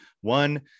One